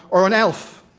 or an elf.